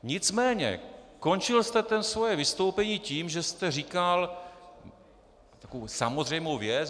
Nicméně končil jste svoje vystoupení tím, že jste říkal takovou samozřejmou věc.